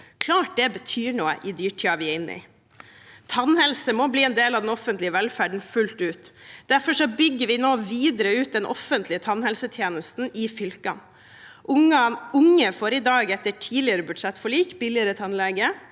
Klart det betyr noe i dyrtiden vi er inne i. Tannhelse må bli en del av den offentlige velferden fullt ut. Derfor bygger vi nå videre ut den offentlige tannhelsetjenesten i fylkene. Unge får i dag, etter tidligere budsjettforlik, billigere tannlege,